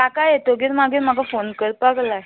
काका येतगीर मागीर म्हाका फोन करपाक लाय